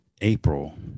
April